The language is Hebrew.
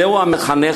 זהו המחנך,